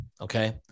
Okay